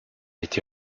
été